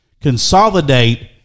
Consolidate